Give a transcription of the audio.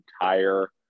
entire